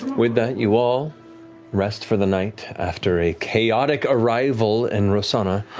with that, you all rest for the night after a chaotic arrival in rosohna.